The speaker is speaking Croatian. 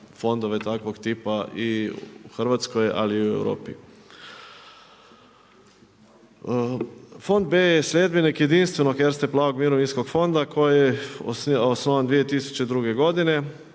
fondove takvog tipa i u Hrvatskoj ali i u Europi. Fond B je sljedbenik jedinstvenog Erste plavog mirovinskog fonda, koji je osnovan 2002. godine,